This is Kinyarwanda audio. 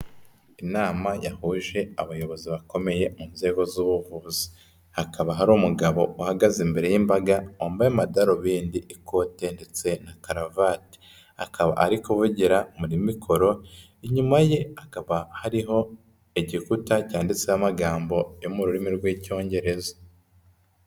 Inama yahuje abayobozi bakomeye mu nzego z'ubuvuzi, hakaba hari umugabo uhagaze imbere y'imbaga, wambaye amadarubindi, ikote ndetse na karavate, akaba ari kuvugira muri mikoro, inyuma ye hakaba hariho igifuta cyanditseho amagambo yo mu rurimi rw'Icyongereza.